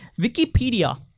Wikipedia